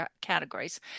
categories